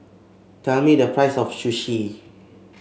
tell me the price of Sushi